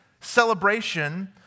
celebration